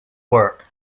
work